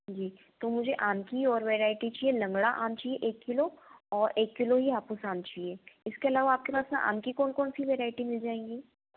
जी तो मुझे आम की और वैरायटी चाहिए लंगड़ा आम चाहिए एक किलो और ये एक किलो हापुस आम चाहिए इसके अलावा आपके पास आम की कौन कौन सी वेराइटी मिल जाएँगी